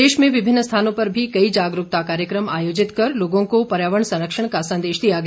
प्रदेश में विभिन्न स्थानों पर भी कई जागरूकता कार्यक्रम आयोजित कर लोगों को पर्यावरण संरक्षण का संदेश दिया गया